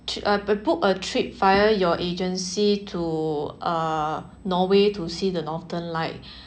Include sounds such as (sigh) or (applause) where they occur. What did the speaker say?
(noise) book a trip via your agency to uh norway to see the northern light